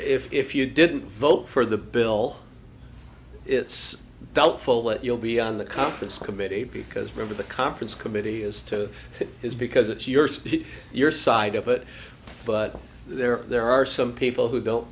the if you didn't vote for the bill it's doubtful that you'll be on the conference committee because remember the conference committee is to is because it's your first your side of it but there are there are some people who don't